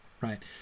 right